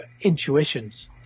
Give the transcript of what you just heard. intuitions